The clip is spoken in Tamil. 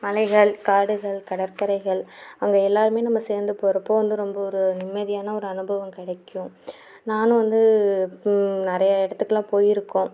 மலைகள் காடுகள் கடற்கரைகள் அங்கே எல்லாருமே நம்ம சேர்ந்து போகிறப்போ வந்து ரொம்ப ஒரு நிம்மதியான ஒரு அனுபவம் கிடைக்கும் நான் வந்து நிறையா இடத்துக்குலான் போயிருக்கோம்